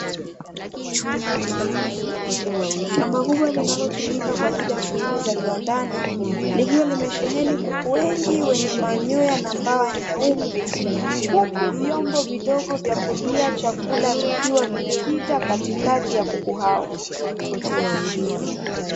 Shamba kubwa linalotumika kwa ajili ya shughuli za viwandani, likiwa llimesheheni kuku wengi wenye manyoya na mbawa nyeupe, huku vyombo vidogo vya kulia chakula vikiwa vimepita katikati ya kuku hao.